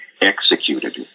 executed